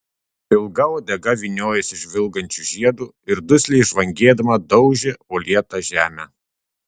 ilga uodega vyniojosi žvilgančiu žiedu ir dusliai žvangėdama daužė uolėtą žemę